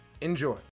Enjoy